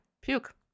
puke